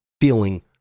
feeling